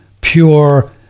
pure